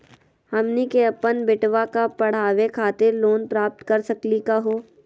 हमनी के अपन बेटवा क पढावे खातिर लोन प्राप्त कर सकली का हो?